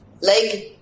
Leg